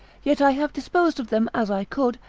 yet i have disposed of them as i could,